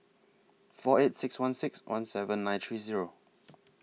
four eight six one six one seven nine three Zero